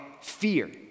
fear